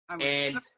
and-